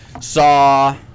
saw